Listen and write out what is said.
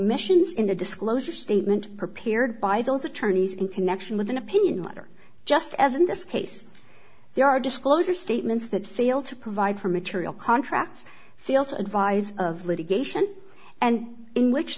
omissions in a disclosure statement prepared by those attorneys in connection with an opinion letter just as in this case there are disclosure statements that fail to provide for material contracts fail to advise of litigation and in which